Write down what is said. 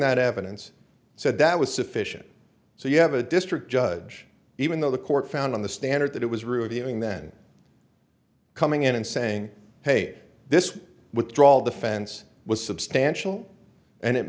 that evidence said that was sufficient so you have a district judge even though the court found on the standard that it was rude even then coming in and saying hey this withdrawal defense was substantial and it